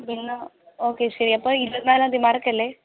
പിന്ന ഓക്കെ ശരി അപ്പോൾ ഇരുപത്തിനാലാം തീയതി മറക്കല്ലേ